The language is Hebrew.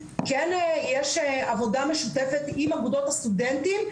כן יש עבודה משותפת עם אגודות הסטודנטים.